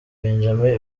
benjamin